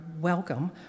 welcome